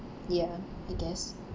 ya I guess